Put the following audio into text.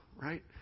right